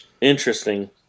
Interesting